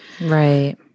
Right